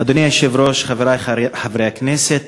אדוני היושב-ראש, חברי חברי הכנסת,